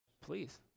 Please